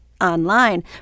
online